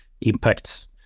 impacts